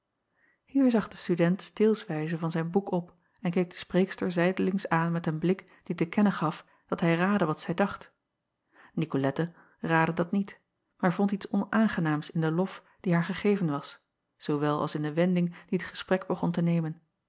zag de student steelswijze van zijn boek op en keek de spreekster zijdelings aan met een blik die te kennen gaf dat hij raadde wat zij dacht icolette raadde dat niet maar vond iets onaangenaams in den lof die haar gegeven was zoowel als in de wending die t gesprek begon te nemen